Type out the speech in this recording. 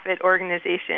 organization